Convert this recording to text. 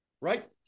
Right